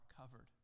covered